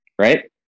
Right